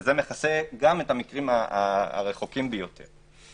שזה מכסה גם את המקרים הרחוקים ביותר.